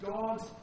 God's